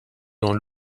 dans